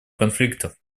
конфликтов